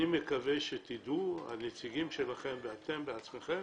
אני מקווה שהנציגים שלכם ואתם בעצמכם